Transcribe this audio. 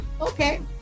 okay